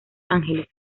ángeles